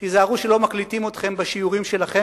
תיזהרו שלא מקליטים אתכם בשיעורים שלכם